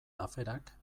aferak